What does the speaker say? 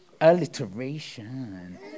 Alliteration